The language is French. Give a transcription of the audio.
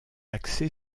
axé